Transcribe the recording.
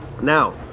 Now